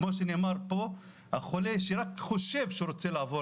כמו שנאמר פה החולה שרק חושב שהוא רוצה לעבור